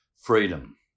freedom